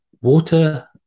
water